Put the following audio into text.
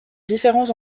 différents